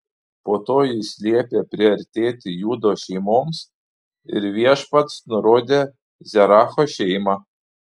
po to jis liepė priartėti judo šeimoms ir viešpats nurodė zeracho šeimą